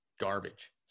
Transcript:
garbage